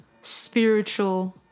spiritual